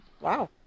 Wow